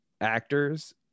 actors